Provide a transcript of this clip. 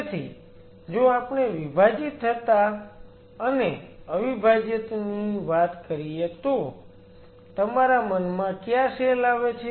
તેથી જો આપણે વિભાજીત થતા અને અવિભાજ્યની વાત કરીએ તો તમારા મનમાં ક્યાં સેલ આવે છે